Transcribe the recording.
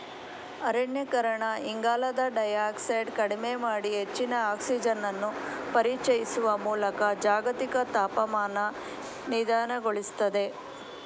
ಅರಣ್ಯೀಕರಣ ಇಂಗಾಲದ ಡೈಯಾಕ್ಸೈಡ್ ಕಡಿಮೆ ಮಾಡಿ ಹೆಚ್ಚಿನ ಆಕ್ಸಿಜನನ್ನು ಪರಿಚಯಿಸುವ ಮೂಲಕ ಜಾಗತಿಕ ತಾಪಮಾನ ನಿಧಾನಗೊಳಿಸ್ತದೆ